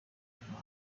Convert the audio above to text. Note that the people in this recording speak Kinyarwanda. nta